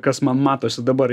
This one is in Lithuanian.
kas man matosi dabar